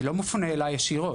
זה לא מופנה אלי ישירות,